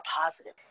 positive